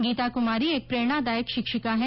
गीता कुमारी एक प्रेरणादायक शिक्षिका हैं